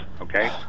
Okay